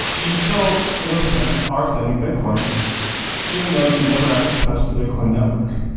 you still, in a sense, are sending bitcoin even though you've never actually touched the bitcoin network,